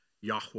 Yahweh